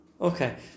okay